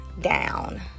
down